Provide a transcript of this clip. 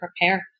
prepare